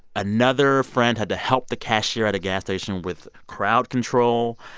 another friend had to help the cashier at a gas station with crowd control.